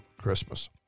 Christmas